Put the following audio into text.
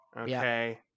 okay